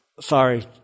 sorry